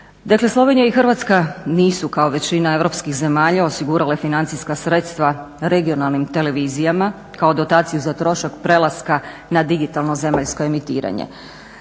Dakle Slovenija i Hrvatska nisu kao većina europskih zemalja osigurale financijska sredstva regionalnim televizijama kao dotaciju za trošak prelaska na digitalno zemaljsko emitiranje.